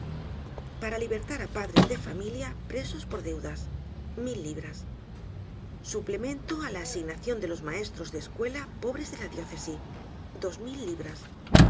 para libertar á padres de familia presos por deudas mil libras suplemento á la asignacion de los maestros de escuela pobres de la diócesi dos mil libras